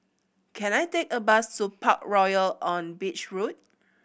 can I take a bus to Parkroyal on Beach Road